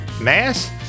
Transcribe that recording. Mass